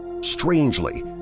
Strangely